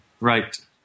Right